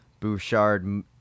bouchard